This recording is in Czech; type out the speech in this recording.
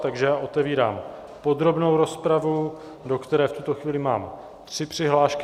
Takže já otevírám podrobnou rozpravu, do které v tuto chvíli mám tři přihlášky.